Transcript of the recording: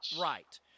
Right